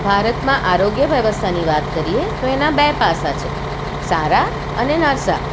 ભારતમાં આરોગ્ય વ્યવસ્થાની વાત કરીએ તો એનાં બે પાસા છે સારાં અને નરસાં